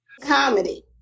Comedy